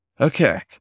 okay